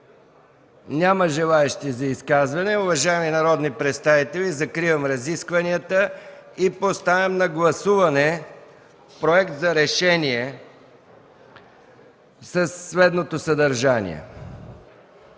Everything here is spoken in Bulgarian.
Желаещи за изказвания? Няма. Уважаеми народни представители, закривам разискванията. Поставям на гласуване Проект за решение със следното съдържание